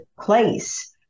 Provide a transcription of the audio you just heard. place